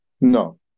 No